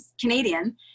canadian